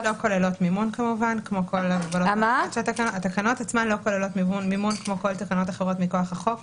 התקנות עצמן לא כוללות מימון כמו כל התקנות האחרות מכוח החוק.